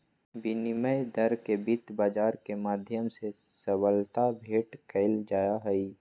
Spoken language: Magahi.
विनिमय दर के वित्त बाजार के माध्यम से सबलता भेंट कइल जाहई